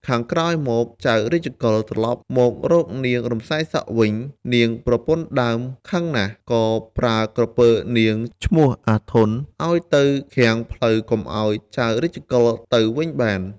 ខាងក្រោយមក ចៅរាជកុល ត្រឡប់មករកនាង រំសាយសក់ វិញ នាងប្រពន្ធដើមខឹងណាស់ ក៏ប្រើក្រពើនាង ឈ្មោះ អាធន់ ឱ្យទៅឃាំងផ្លូវកុំឱ្យចៅរាជកុល ទៅវិញបាន ។